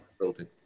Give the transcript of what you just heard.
Building